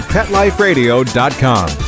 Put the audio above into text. PetLifeRadio.com